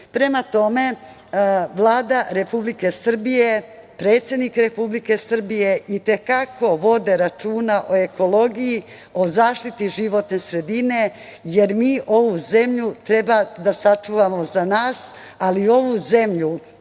voda. Prema tome, Vlada Republike Srbije i predsednik Republike Srbije i te kako vode računa o ekologiji, o zaštiti životne sredine, jer mi ovu zemlju treba da sačuvamo za nas, ali ovu zemlju